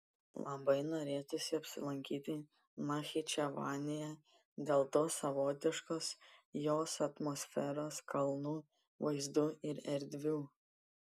labai norėtųsi apsilankyti nachičevanėje dėl tos savotiškos jos atmosferos kalnų vaizdų ir erdvių